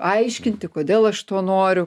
aiškinti kodėl aš to noriu